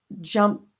jump